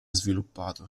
sviluppato